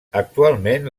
actualment